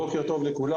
בוקר טוב לכולם,